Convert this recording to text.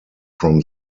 from